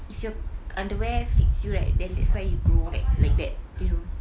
if your underwear fits you right then that's why you grow like like that you